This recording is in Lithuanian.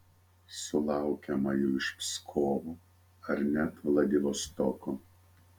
sulaukiama jų iš pskovo ar net vladivostoko